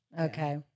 Okay